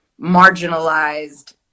marginalized